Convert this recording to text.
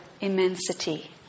immensity